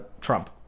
Trump